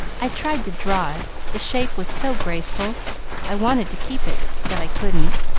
i tried to draw it the shape was so graceful i wanted to keep it. but i couldn't.